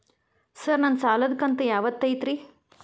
Sir ನನ್ನ ಸಾಲದ ಕಂತು ಯಾವತ್ತೂ ಐತ್ರಿ?